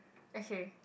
okay